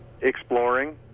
exploring